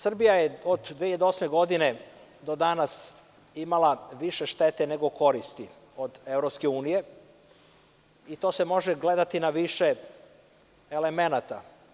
Naime, Srbija je od 2008. godine do danas imala više štete nego koristi od EU i to se može gledati na više elemenata.